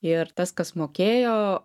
ir tas kas mokėjo